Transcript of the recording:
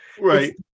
Right